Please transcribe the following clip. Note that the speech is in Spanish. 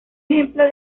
ejemplo